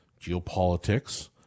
geopolitics